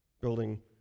Building